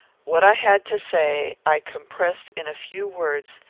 what i had to say, i compressed in a few words,